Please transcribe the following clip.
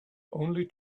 only